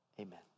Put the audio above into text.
Amen